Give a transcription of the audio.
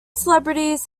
celebrities